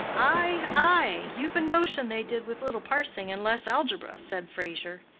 ay, ay you've a notion they did with little parsing, and less algebra, said fraser.